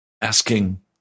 asking